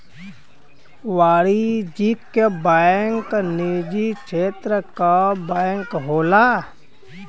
वाणिज्यिक बैंक निजी क्षेत्र क बैंक होला